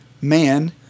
man